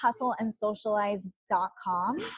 hustleandsocialize.com